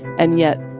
and yet,